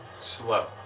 slow